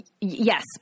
Yes